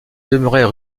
demeuraient